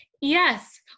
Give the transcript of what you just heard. Yes